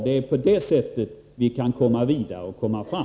Det är på det sättet vi kan komma vidare och komma fram.